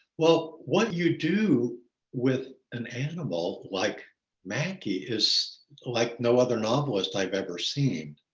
well, what you do with and animal like mackie is like no other novelist i've ever seen.